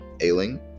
Ailing